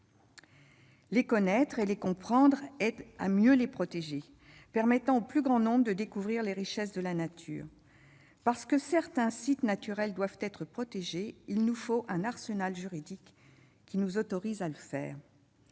et comprendre ces derniers aide à mieux les protéger tout en permettant au plus grand nombre de découvrir les richesses de la nature. Parce que certains sites naturels doivent être protégés, il nous faut un arsenal juridique qui nous autorise à le faire.